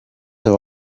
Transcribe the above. have